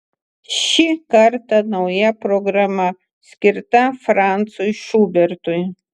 šį kartą nauja programa skirta francui šubertui